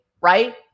right